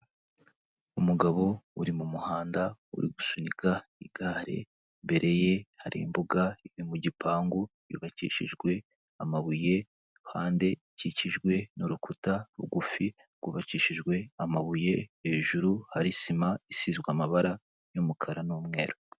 Umugabo uri mu muhanda uri gusunika igare, imbere ye hari imbuga iri mu gipangu cyubakishijwe amabuye ku ruhande ikikijwe n'urukuta rugufi rwubakishijwe amabuye, hejuru hari sima isizwe amabara y'umukara n'umweru.